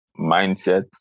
mindset